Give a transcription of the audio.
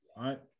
right